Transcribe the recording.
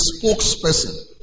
spokesperson